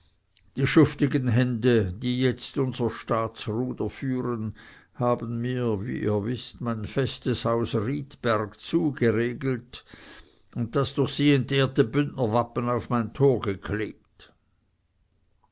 die schuftigen hände die jetzt unser staatsruder führen haben mir wie ihr wißt mein festes haus riedberg zugeriegelt und das durch sie entehrte bündnerwappen auf mein tor geklebt